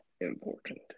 important